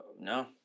No